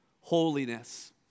holiness